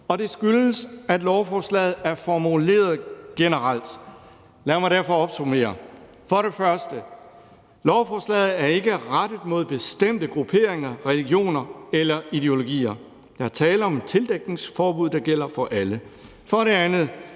og det skyldes, at lovforslaget er formuleret generelt. Lad mig derfor opsummere: Kl. 15:29 For det første er lovforslaget ikke rettet mod bestemte grupperinger, religioner eller ideologier. Der er tale om et tildækningsforbud, der gælder for alle. For det andet